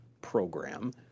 program